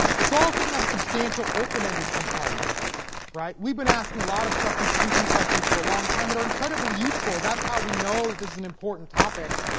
um it's also gonna have a substantial open-ended component right we've been asking a lot of trust institution questions for a long time that are incredibly useful that's how we oh this is an important topic